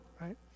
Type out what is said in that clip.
right